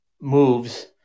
moves